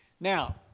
Now